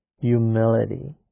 Humility